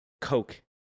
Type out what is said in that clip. Coke